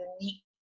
unique